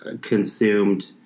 consumed